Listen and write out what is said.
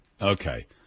Okay